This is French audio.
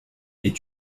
est